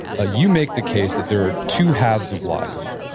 ah you make the case that there are two halves of life,